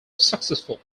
successful